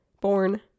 born